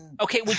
Okay